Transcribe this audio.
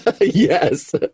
Yes